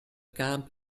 camp